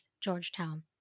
Georgetown